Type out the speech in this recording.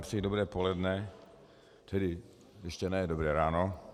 Přeji vám dobré poledne, tedy ještě ne, dobré ráno.